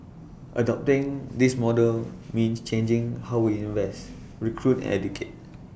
adopting this model means changing how we invest recruit educate